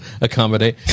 accommodate